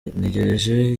ntegereje